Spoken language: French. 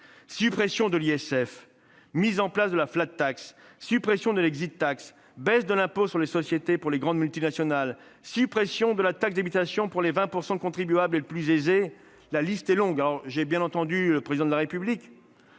Suppression de l'ISF, mise en place de la, suppression de l', baisse de l'impôt sur les sociétés pour les grandes multinationales, suppression de la taxe d'habitation pour les 20 % de contribuables les plus aisés : la liste est longue. J'ai bien entendu le Président de la République,